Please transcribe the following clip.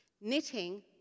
Knitting